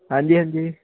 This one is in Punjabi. ਹਾਂਜੀ ਹਾਂਜੀ